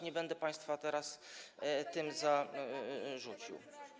Nie będę państwa teraz tym zarzucał.